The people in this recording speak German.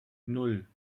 nan